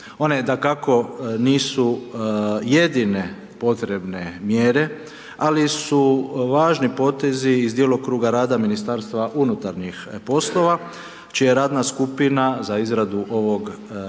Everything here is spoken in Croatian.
One dakako, nisu jedine, potrebne mjere, ali su važni potezi iz djelokruga rada Ministarstva unutarnjih poslova, čija radna skupina za izradu ovog nacrta